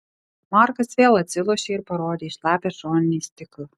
markas vėl atsilošė ir parodė į šlapią šoninį stiklą